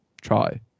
try